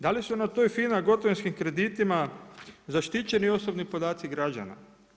Da li su na toj FINA gotovinskim kreditima zaštićeni osobni podaci građana?